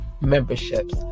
memberships